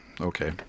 Okay